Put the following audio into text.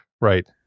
right